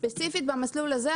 ספציפית במסלול הזה,